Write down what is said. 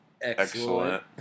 Excellent